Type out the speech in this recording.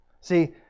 See